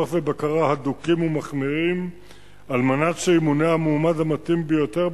ובקרה הדוקים ומחמירים כדי שימונה המועמד המתאים ביותר,